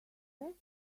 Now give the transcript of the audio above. rest